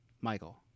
Michael